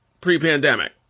pre-pandemic